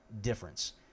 difference